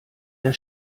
der